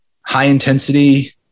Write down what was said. high-intensity